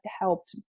helped